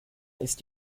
ist